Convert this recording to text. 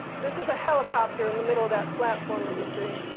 this is a helicopter in the middle of that platform that you see.